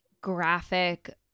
graphic